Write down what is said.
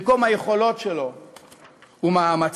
במקום היכולות שלו ומאמציו.